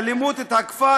רק כדי להלל את עצמן,